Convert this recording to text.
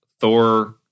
Thor